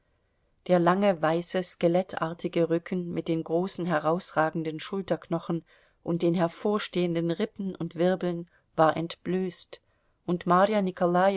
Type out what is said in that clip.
der lange weiße skelettartige rücken mit den großen herausragenden schulterknochen und den hervorstehenden rippen und wirbeln war entblößt und marja